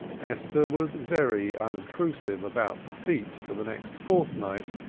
esther was very unobtrusive about the feet for the next fortnight,